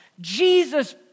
Jesus